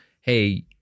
hey